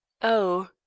Oh